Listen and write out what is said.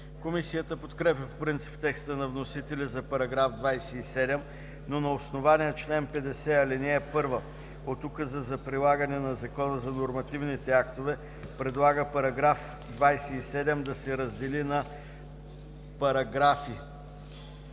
Комисията подкрепя по принцип текста на вносителя за § 27, но на основание чл. 50, ал. 1, от Указа за прилагане на Закона за нормативните актове, предлага § 27 да се раздели на параграфи